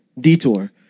detour